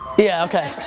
yeah, okay.